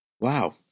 wow